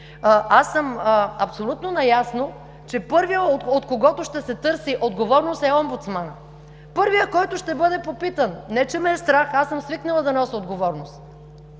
аз съм абсолютно наясно, че първият, от когото ще се търси отговорност, е омбудсманът. Първият, който ще бъде попитан, не че ме е страх, аз съм свикнала да нося отговорност,